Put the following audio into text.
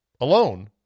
alone